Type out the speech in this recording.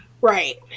Right